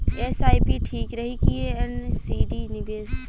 SIP ठीक रही कि एन.सी.डी निवेश?